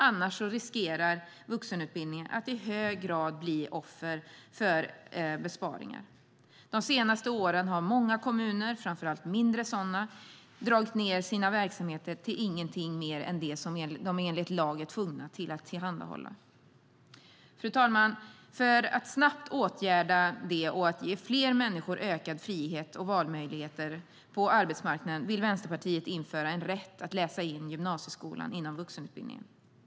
Annars riskerar vuxenutbildningen att i hög grad bli offer för besparingar. De senaste åren har många kommuner, framför allt mindre sådana, dragit ned sina verksamheter till ingenting mer än det som de enligt lag är tvungna att tillhandahålla. Fru talman! För att snabbt åtgärda det och ge fler människor ökad frihet och valmöjligheter på arbetsmarknaden vill Vänsterpartiet införa en rätt att läsa in gymnasieskolan inom vuxenutbildningen.